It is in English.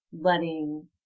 letting